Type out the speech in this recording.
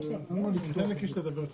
אז כמובן שאני שמחה שלא.